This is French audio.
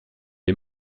les